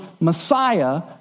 Messiah